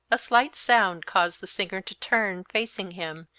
a slight sound caused the singer to turn, facing him,